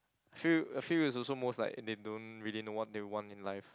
feel I feel is also most like they don't really know what they want in life